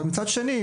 אבל מצד שני,